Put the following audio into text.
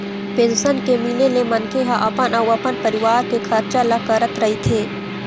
pension के मिले ले मनखे ह अपन अउ अपन परिवार के खरचा ल करत रहिथे